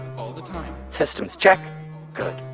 all the time systems check good.